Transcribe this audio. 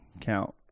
count